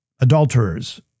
adulterers